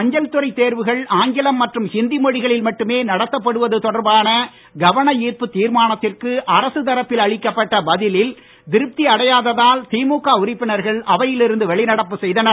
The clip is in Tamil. அஞ்சல் துறை தேர்வுகள் ஆங்கிலம் மற்றும் ஹிந்தி மொழிகளில் மட்டுமே நடத்தப்படுவது தொடர்பான கவன ஈர்ப்பு தீர்மானத்திற்கு அரசு தரப்பில் அளிக்கப்பட்ட பதிலில் திருப்தியடையாததால் திமுக உறுப்பினர்கள் அவையில் இருந்து வெளிநடப்பு செய்தனர்